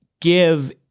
give –